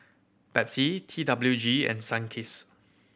Pepsi T W G and Sunkist